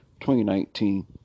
2019